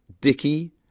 dicky